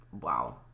Wow